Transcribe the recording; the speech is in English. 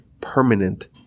permanent